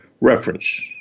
reference